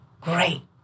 Great